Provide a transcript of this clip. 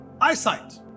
eyesight